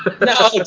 No